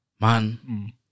Man